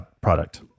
product